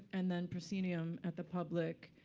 and then proscenium at the public.